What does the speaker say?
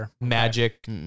magic